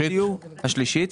השלישית.